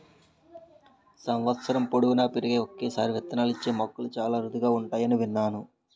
సంవత్సరం పొడువునా పెరిగి ఒక్కసారే విత్తనాలిచ్చే మొక్కలు చాలా అరుదుగా ఉంటాయని విన్నాను